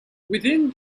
within